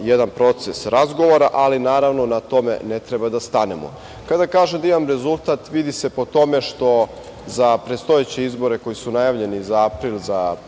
jedan proces razgovora, ali naravno na tome ne treba da stanemo. Kada kažem da imamo rezultat, vidi se po tome što za predstojeće izbore koji su najavljeni za april,